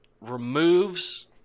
removes